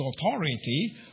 authority